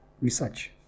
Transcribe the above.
research